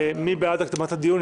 מי בעד הקדמת הדיון?